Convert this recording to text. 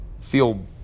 feel